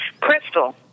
Crystal